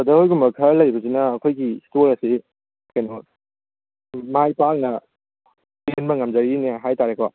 brother ꯍꯣꯏꯒꯨꯝꯕ ꯈꯔ ꯂꯩꯕꯁꯤꯅ ꯑꯩꯈꯣꯏꯒꯤ ꯁ꯭ꯇꯣꯔ ꯑꯁꯤ ꯀꯩꯅꯣ ꯃꯥꯏꯄꯥꯛꯅ ꯆꯦꯟꯕ ꯉꯝꯖꯔꯤꯅꯦ ꯍꯥꯏꯕꯇꯥꯔꯦꯀꯣ